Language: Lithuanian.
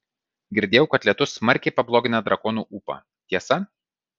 girdėjau kad lietus smarkiai pablogina drakonų ūpą tiesa